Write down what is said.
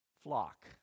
flock